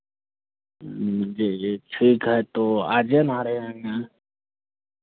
जी जी ठीक है तो आजे में आ रहे हैं ना